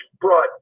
brought